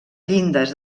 llindes